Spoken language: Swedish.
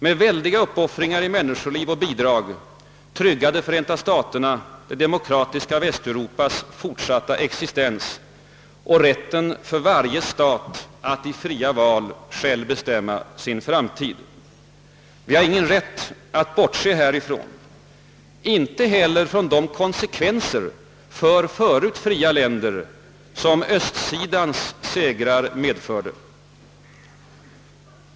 Med väldiga uppoffringar i människoliv och bidrag tryggade Förenta staterna det demokratiska Västeuropas fortsatta existens och rätten för varje stat att i fria val själv bestämma sin framtid. Vi har inte rätt att bortse härifrån och inte heller från de konsekvenser för förut fria länder, som Östsidans segrar medförde.